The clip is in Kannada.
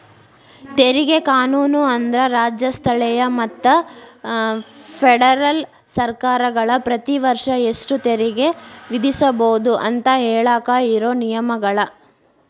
ತೆರಿಗೆ ಕಾನೂನು ಅಂದ್ರ ರಾಜ್ಯ ಸ್ಥಳೇಯ ಮತ್ತ ಫೆಡರಲ್ ಸರ್ಕಾರಗಳ ಪ್ರತಿ ವರ್ಷ ಎಷ್ಟ ತೆರಿಗೆ ವಿಧಿಸಬೋದು ಅಂತ ಹೇಳಾಕ ಇರೋ ನಿಯಮಗಳ